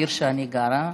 העיר שאני גרה בה,